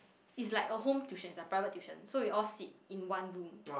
it's like a home tuition is like private tuition so we all sit in one room